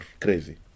crazy